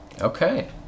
Okay